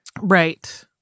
Right